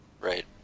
Right